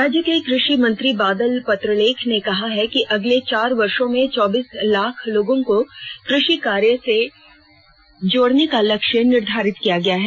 राज्य के कृषि मंत्री बादल पत्रलेख ने कहा है कि अगले चार वर्षो में चौबीस लाख लोगों को कृषि कार्य से जोड़ने का लक्ष्य निर्धारित किया गया है